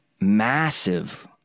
massive